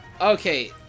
Okay